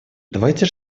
давайте